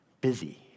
Busy